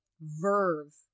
verve